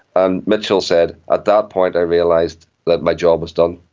and mitchell said, at that point i realised that my job was done.